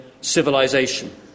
civilisation